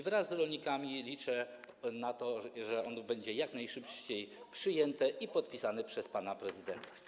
Wraz z rolnikami liczę na to, że to będzie jak najszybciej przyjęte i podpisane przez pana prezydenta.